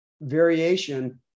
variation